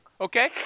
Okay